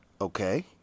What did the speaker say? okay